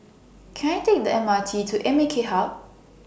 Can I Take The M R T to A M K Hub